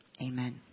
amen